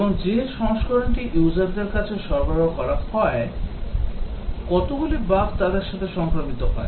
এবং যে সংস্করণটি user দের কাছে সরবরাহ করা হয় কতগুলি বাগ তাদের সাথে উপস্থিত হয়